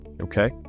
Okay